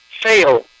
Fail